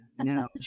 no